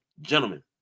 Gentlemen